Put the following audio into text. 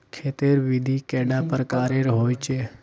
खेत तेर विधि कैडा प्रकारेर होचे?